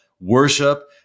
worship